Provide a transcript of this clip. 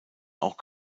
auch